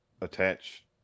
attach